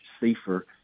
safer